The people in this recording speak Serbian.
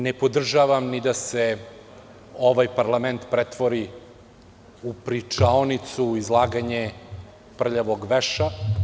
Ne podržavam ni da se ovaj parlament pretvori u pričaonicu i izlaganje prljavog veša.